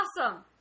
awesome